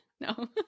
No